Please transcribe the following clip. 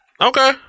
Okay